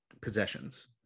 possessions